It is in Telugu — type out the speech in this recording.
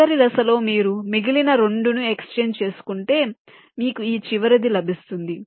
చివరి దశలో మీరు మిగిలిన 2 ను ఎక్స్చేంజ్ చేసుకుంటే మీకు ఈ చివరిది లభిస్తుంది